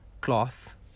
cloth